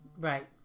Right